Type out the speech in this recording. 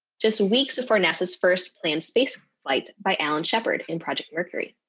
just weeks before nasa's first planned spaceflight by alan shepard in project mercury.